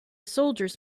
soldiers